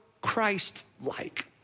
Christ-like